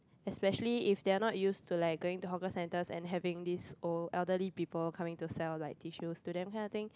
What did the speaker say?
especially if they are not used to like going to hawker center and having these old elderly people coming to sell like tissue to them kind of thing